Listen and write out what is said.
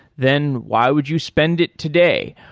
then why would you spend it today?